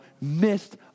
missed